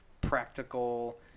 practical